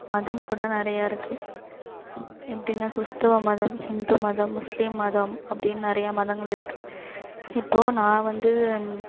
மதம் கூட நிறையா இருக்குது எப்படின்னா கிறிஸ்துவ மதம் ஹிந்து மதம் முஸ்லீம் மதம் அப்படின்னு நிறையா மதங்கள் இருக்குது இப்போது நான் வந்து